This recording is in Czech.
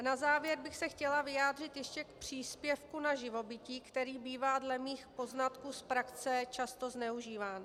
Na závěr bych se chtěla vyjádřit ještě k příspěvku na živobytí, který bývá dle mých poznatků z praxe často zneužíván.